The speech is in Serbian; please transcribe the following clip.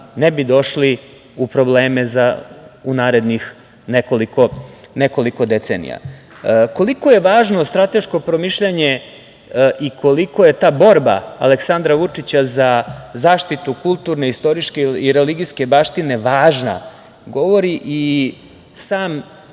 ne bi došli u probleme u narednih nekoliko decenija. Koliko je važno strateško promišljanje i koliko je ta borba Aleksandra Vučića za zaštitu kulturne, istorijske i religijske baštine važna, govore i sami